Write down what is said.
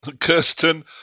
Kirsten